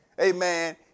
amen